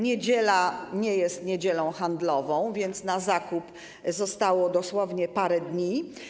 Niedziela nie jest niedzielą handlową, więc na zakup zostało dosłownie parę dni.